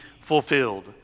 fulfilled